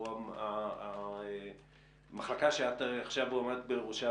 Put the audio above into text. או המחלקה שאת עכשיו עומדת בראשה,